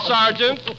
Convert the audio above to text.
Sergeant